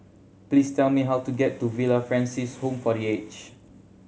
please tell me how to get to Villa Francis Home for The Aged